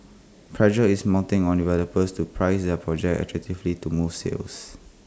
pressure is mounting on developers to price their projects attractively to move sales